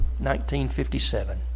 1957